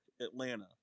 Atlanta